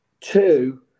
two